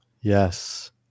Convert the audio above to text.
Yes